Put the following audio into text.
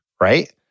right